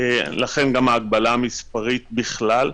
לכן גם ההגבלה המספרית בכלל.